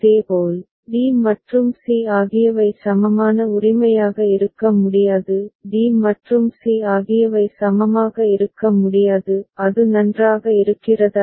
இதேபோல் d மற்றும் c ஆகியவை சமமான உரிமையாக இருக்க முடியாது d மற்றும் c ஆகியவை சமமாக இருக்க முடியாது அது நன்றாக இருக்கிறதா